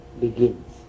begins